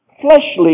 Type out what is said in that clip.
fleshly